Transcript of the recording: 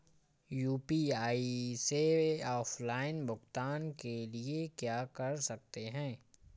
UPI से offline भुगतान के लिए क्या कर सकते हैं?